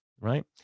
Right